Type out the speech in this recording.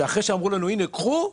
שאחרי שאמרו לנו "הנה קחו",